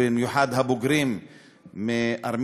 במיוחד הבוגרים מארמניה,